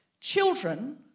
children